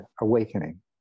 awakening